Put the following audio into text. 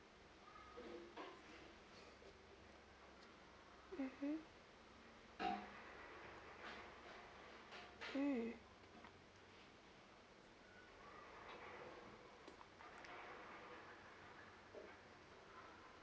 mmhmm mm